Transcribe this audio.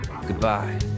Goodbye